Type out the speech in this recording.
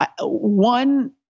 One